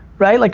right, like?